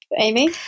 Amy